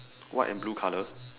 white and blue colour